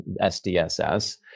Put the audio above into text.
SDSS